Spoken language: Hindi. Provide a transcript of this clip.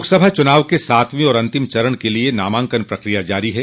लोकसभा चुनाव के सातवें और अंतिम चरण के लिये नामांकन प्रक्रिया जारी है